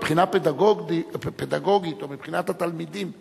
מבחינה פדגוגית או מבחינת התלמידים עצמם,